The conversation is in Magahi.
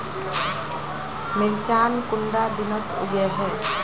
मिर्चान कुंडा दिनोत उगैहे?